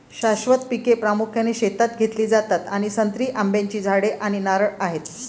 शाश्वत पिके प्रामुख्याने शेतात घेतली जातात आणि संत्री, आंब्याची झाडे आणि नारळ आहेत